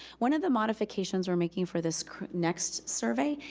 one of the modification we're making for this next survey,